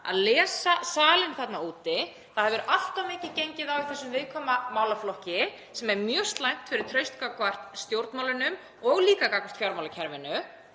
að lesa salinn þarna úti. Það hefur allt of mikið gengið á í þessum viðkvæma málaflokki sem er mjög slæmt fyrir traust gagnvart stjórnmálunum og líka gagnvart fjármálakerfinu.